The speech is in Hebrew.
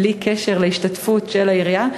בלי קשר להשתתפות של העירייה.